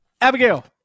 Abigail